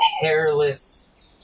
hairless